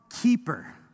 keeper